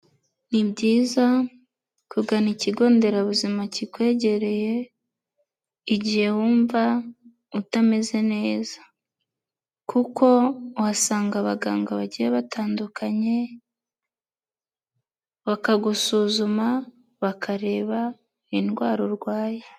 Ni byiza kugana ikigo nderabuzima kikwegereye igihe wumva utameze neza kuko uhasanga abaganga bagiye batandukanye bakagusuzuma, bakareba indwara urwaye.